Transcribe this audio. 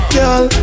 Girl